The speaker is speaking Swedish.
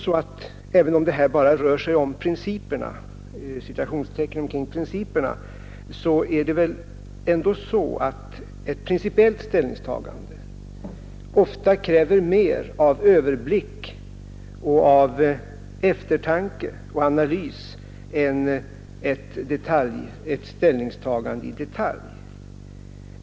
Fastän det här bara gäller ”principerna” är det ju ändå på det sättet att ett principiellt ställningstagande ofta kräver mer av överblick, eftertanke och analys än ett ställningstagande i detalj.